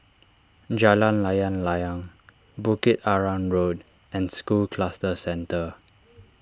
Jalan Layang Layang Bukit Arang Road and School Cluster Centre